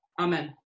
Amen